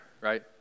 right